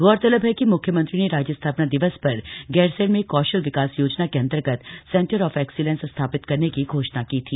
गौरतलब है कि मुख्यमंत्री ने राज्य स्थापना दिवस पर गैरसैंण में कौशल विकास योजना के अन्तर्गत सेंटर ऑफ एक्सीलेंस स्थापित करने की घोषणा की थी